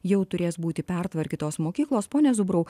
jau turės būti pertvarkytos mokyklos pone zubraus